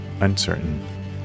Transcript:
uncertain